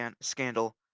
scandal